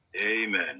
Amen